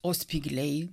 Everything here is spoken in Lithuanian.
o spygliai